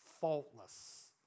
faultless